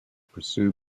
pursue